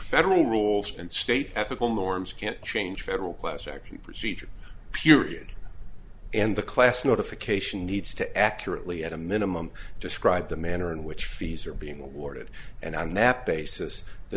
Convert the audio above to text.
and state ethical norms can't change federal class action procedure period and the class notification needs to accurately at a minimum describe the manner in which fees are being awarded and on that basis the